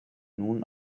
nun